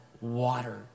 water